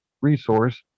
resource